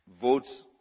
votes